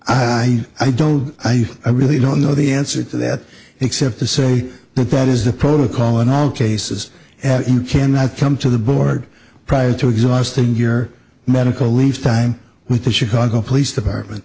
i i don't i i really don't know the answer to that except to say that that is the protocol in all cases that you cannot come to the board prior to exhausting your medical leave time with the chicago police department